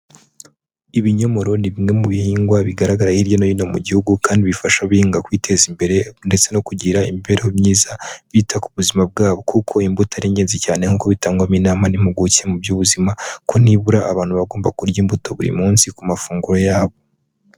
Ibinyomoro ni bimwe mu bihingwa bigaragara hirya no hino mu gihugu kandi bifasha ababihinga kwiteza imbere ndetse no kugira imibereho myiza bita ku buzima bwabo kuko imbuto ari ingenzi cyane nk'uko bitangwamo inama n'impuguke mu by'ubuzima ko nibura abantu bagomba kurya imbuto buri munsi ku mafunguro yabo.